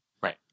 Right